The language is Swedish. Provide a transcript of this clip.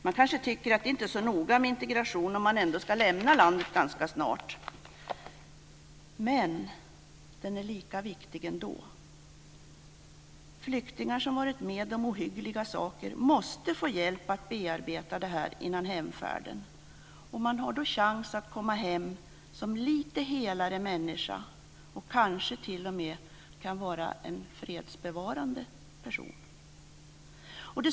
Man tycker kanske att det inte är så noga med integration om man ändå ska lämna landet ganska snart, men det är lika viktigt ändå. Flyktingar som varit med om ohyggliga saker måste få hjälp att bearbeta detta innan hemfärden. Man har då en chans att komma hem som en lite helare människa. Man kan kanske t.o.m. vara en fredsbevarande person.